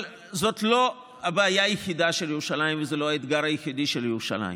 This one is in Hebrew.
אבל זאת לא הבעיה היחידה של ירושלים וזה לא האתגר היחידי של ירושלים.